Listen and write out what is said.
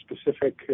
specific